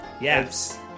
Yes